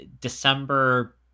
december